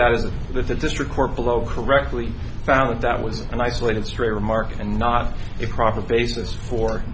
it that the district court below correctly found that that was an isolated straight remark and not a proper basis for